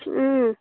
ꯎꯝ